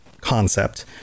concept